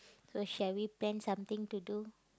so shall we plan something to do